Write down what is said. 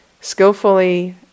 skillfully